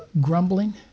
grumbling